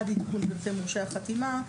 עד עדכון מורשי החתימה,